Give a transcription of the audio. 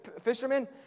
fishermen